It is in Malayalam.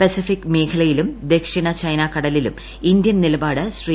പസഫിക് മേഖലയിലും ദക്ഷിണ ചൈനാക്കടലിലും ഇന്ത്യൻ നിലപാട് ശ്രീ